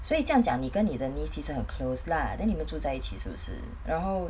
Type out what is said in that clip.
所以这样讲你跟你的 niece 其实很 close lah then 你们住在一起是不是然后